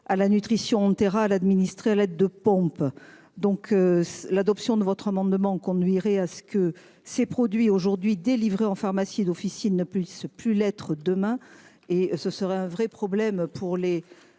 à la nutrition Terral. À l'aide de pompes donc. L'adoption de votre amendement conduirait à ce que ces produits aujourd'hui délivrés en pharmacie d'officine ne puisse plus l'être demain et ce serait un vrai problème pour les.